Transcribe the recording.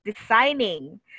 designing